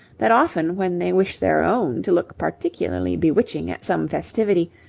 that often when they wish their own to look particularly bewitching at some festivity,